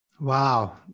Wow